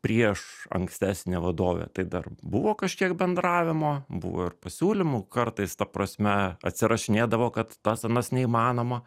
prieš ankstesnė vadovė tai dar buvo kažkiek bendravimo buvo ir pasiūlymų kartais ta prasme atsirašinėdavo kad tas anas neįmanoma